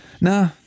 Nah